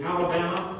Alabama